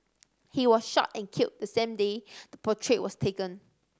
he was shot and killed the same day the portrait was taken